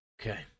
Okay